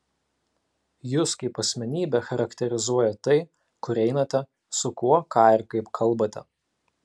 jus kaip asmenybę charakterizuoja tai kur einate su kuo ką ir kaip kalbate